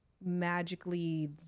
magically